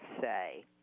say